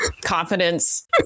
confidence